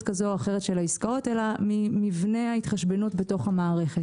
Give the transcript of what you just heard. כזו או אחרת של העסקאות אלא ממבנה ההתחשבנות בתוך המערכת.